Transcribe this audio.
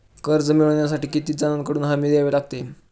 कर्ज मिळवण्यासाठी किती जणांकडून हमी द्यावी लागते?